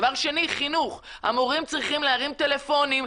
חינוך המורים צריכים להרים טלפונים,